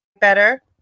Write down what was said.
better